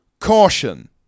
Caution